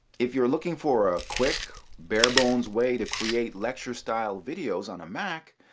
if you're looking for a quick, barebones way to create lecture-style videos on a mac,